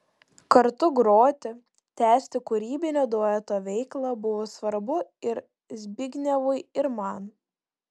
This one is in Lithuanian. kartu groti tęsti kūrybinio dueto veiklą buvo svarbu ir zbignevui ir man